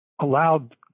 allowed